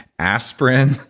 aspirin.